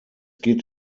geht